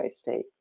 state